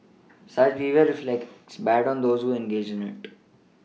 such behaviour reflects badly on those who engage in it